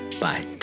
Bye